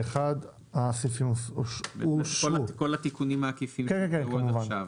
הצבעה אושרו עם כל התיקונים העקיפים שנקראו עד עכשיו.